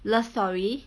love story